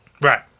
Right